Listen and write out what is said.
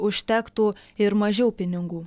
užtektų ir mažiau pinigų